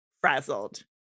frazzled